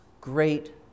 great